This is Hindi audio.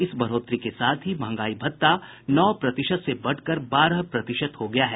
इस बढ़ोतरी के साथ ही महंगाई भत्ता नौ प्रतिशत से बढ़कर बारह प्रतिशत हो गया है